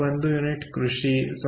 1 unit ಕೃಷಿ 0